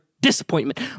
Disappointment